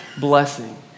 blessing